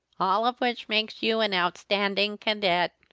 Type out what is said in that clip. all of which makes you an outstanding cadet.